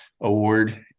award